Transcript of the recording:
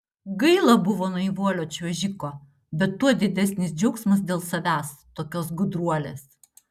gaila buvo naivuolio čiuožiko bet tuo didesnis džiaugsmas dėl savęs tokios gudruolės